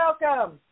welcome